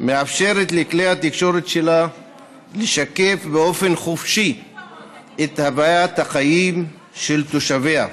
מאפשרת לכלי התקשורת שלה לשקף באופן חופשי את הוויית החיים של תושביה.